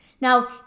Now